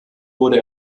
wurde